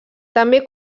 també